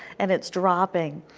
and it is dropping.